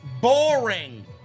boring